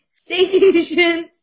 station